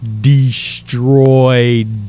destroyed